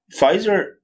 Pfizer